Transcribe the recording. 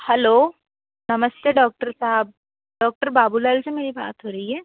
hello नमस्ते doctor साहब doctor बाबू लल से मेरी बात हो रही है